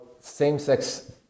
same-sex